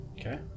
Okay